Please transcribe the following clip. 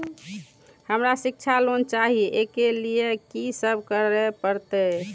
हमरा शिक्षा लोन चाही ऐ के लिए की सब करे परतै?